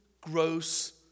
gross